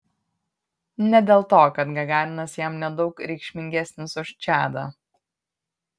ne dėl to kad gagarinas jam nedaug reikšmingesnis už čadą